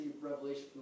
revelation